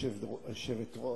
גברתי היושבת-ראש,